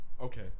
Okay